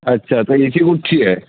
अच्छा तर A C कुठची आहे